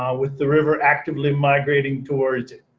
um with the river actively migrating towards it.